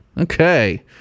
Okay